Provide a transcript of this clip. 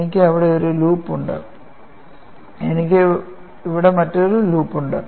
എനിക്ക് ഇവിടെ ഒരു ലൂപ്പ് ഉണ്ട് എനിക്ക് ഇവിടെ മറ്റൊരു ലൂപ്പ് ഉണ്ട്